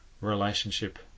relationship